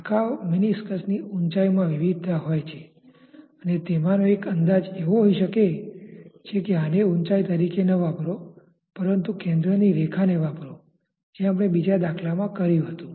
આખા મેનિસ્કસની ઉંચાઈમાં વિવિધતા હોય છે અને તેમાંનો એક અંદાજ એવો હોઈ શકે છે કે આને ઉંચાઈ તરીકે ન વાપરો પરંતુ કેન્દ્રની રેખા ને વાપરો જે આપણે બીજા દાખલામાં કર્યું હતું